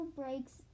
breaks